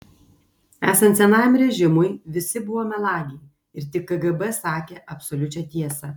esant senajam režimui visi buvo melagiai ir tik kgb sakė absoliučią tiesą